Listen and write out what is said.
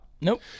Nope